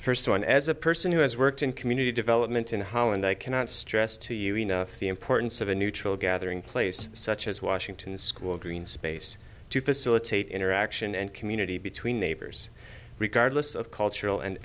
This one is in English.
mcknight first one as a person who has worked in community development in holland i cannot stress to you enough the importance of a neutral gathering place such as washington school green space to facilitate interaction and community between neighbors regardless of cultural and